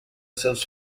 seus